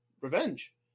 revenge